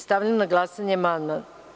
Stavljam na glasanje amandman.